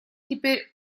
теперь